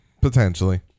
potentially